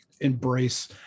embrace